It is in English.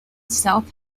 self